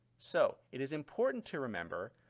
so it is important to remember,